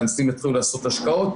כשאנשים יתחילו לעשות השקעות,